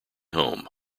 home